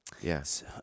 yes